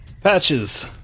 Patches